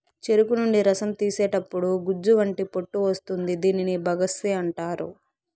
చెరుకు నుండి రసం తీసేతప్పుడు గుజ్జు వంటి పొట్టు వస్తుంది దీనిని బగస్సే అంటారు